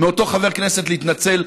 מאותו חבר כנסת להתנצל,